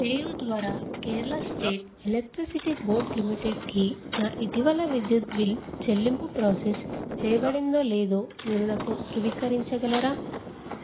PayU ద్వారా Kerala state electricity board లిమిటెడ్కి నా ఇటీవల విద్యుత్ బిల్ చెల్లింపు ప్రాసెస్ చేయబడిందో లేదో మీరు నాకు ధృవీకరించగలరా